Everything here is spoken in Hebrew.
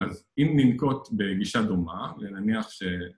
‫אז אם ננקוט בגישה דומה, ‫ונניח ש...